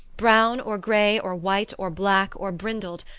brown or grey or white or black or brindled,